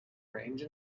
range